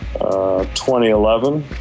2011